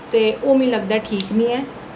ते ओह् मी लगदा ऐ ठीक नेईं ऐ